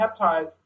peptides